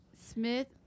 Smith